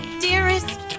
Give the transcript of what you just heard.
dearest